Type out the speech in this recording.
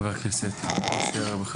חבר הכנסת אלון שוסטר, בבקשה.